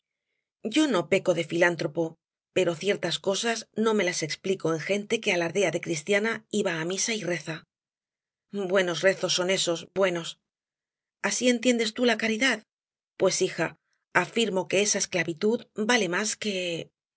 yo no peco de filántropo pero ciertas cosas no me las explico en gente que alardea de cristiana y va á misa y reza buenos rezos son esos buenos así entiendes tú la caridad pues hija afirmo que esa esclavitud vale más que